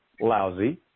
lousy